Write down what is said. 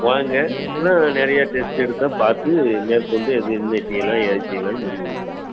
வாங்க இன்னும் நிறையா டெஸ்ட் எடுத்துதான் பார்த்து மேற்கொண்டு எது என்ன செய்யலாம் ஏது செய்யாலான்னு முடிவு எடுக்கணும்